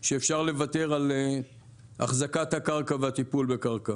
שאפשר לוותר על אחזקת הקרקע והטיפול בקרקע.